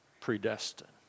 predestined